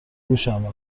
گوشمه